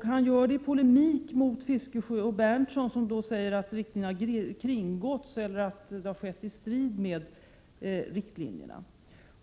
Svensson polemiserar mot Bertil Fiskesjö och Nils Berndtson, som säger att riktlinjerna har kringgåtts eller att det som har skett har skett i strid med riktlinjerna.